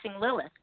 Lilith